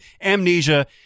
amnesia